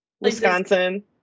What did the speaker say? Wisconsin